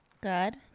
Good